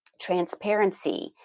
transparency